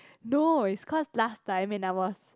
no is cause last time when I was